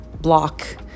block